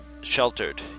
sheltered